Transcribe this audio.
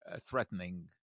threatening